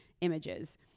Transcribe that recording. images